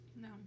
No